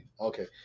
okay